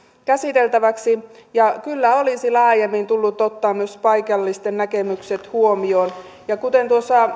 käsiteltäväksi ja kyllä olisi laajemmin tullut ottaa myös paikallisten näkemykset huomioon kuten